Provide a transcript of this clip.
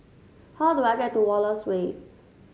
how do I get to Wallace Way